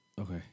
okay